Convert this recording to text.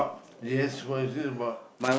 yes what is it about